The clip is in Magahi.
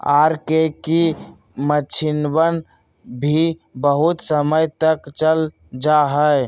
आर.के की मक्षिणवन भी बहुत समय तक चल जाहई